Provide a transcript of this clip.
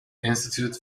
institute